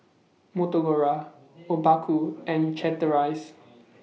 Motorola Obaku and Chateraise